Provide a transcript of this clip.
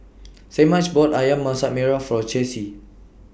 Semaj bought Ayam Masak Merah For Chessie